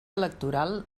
electoral